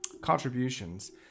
contributions